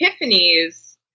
epiphanies